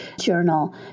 journal